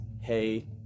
hey